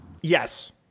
Yes